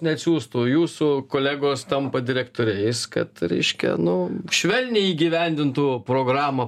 neatsiųstų jūsų kolegos tampa direktoriais kad reiškia nu švelniai įgyvendintų programą